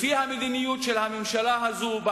לפי המדיניות של הממשלה הזאת,